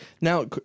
now